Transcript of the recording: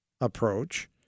approach